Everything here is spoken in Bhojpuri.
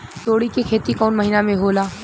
तोड़ी के खेती कउन महीना में होला?